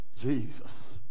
Jesus